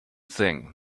thing